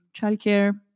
childcare